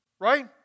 Right